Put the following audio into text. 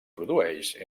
produeix